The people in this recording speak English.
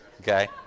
okay